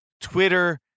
Twitter